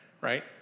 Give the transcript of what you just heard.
right